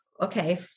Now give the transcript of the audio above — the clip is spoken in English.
okay